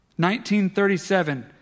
1937